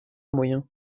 moyens